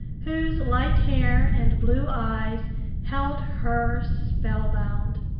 whose light hair and blue eyes held her spell-bound.